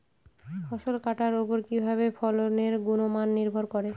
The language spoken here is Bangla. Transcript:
ফসল কাটার উপর কিভাবে ফসলের গুণমান নির্ভর করে?